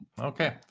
Okay